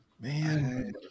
man